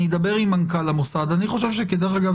אני אדבר עם מנכ"ל המוסד לביטוח לאומי